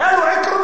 היו לו עקרונות.